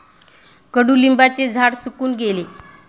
कडुलिंबाचे झाड सुकून गेले